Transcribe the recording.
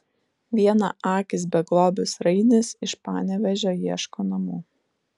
vienaakis beglobis rainis iš panevėžio ieško namų